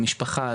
משפחה,